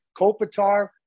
Kopitar